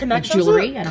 jewelry